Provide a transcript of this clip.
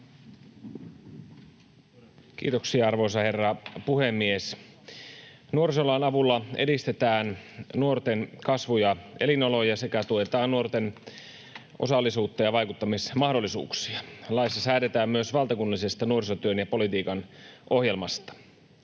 Kiitoksia, arvoisa herra puhemies! Nuorisolain avulla edistetään nuorten kasvu- ja elinoloja sekä tue-taan nuorten osallisuutta ja vaikuttamismahdollisuuksia. Laissa säädetään myös valtakunnallisesta nuorisotyön ja -politiikan ohjelmasta.